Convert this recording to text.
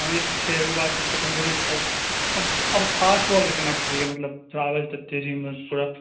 ई तऽ छै ई बात तऽ जरुर छै आब फ़ास्ट बॉल के केना खेलबै मतलब सं